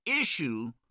issue